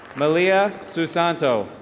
melia susanto.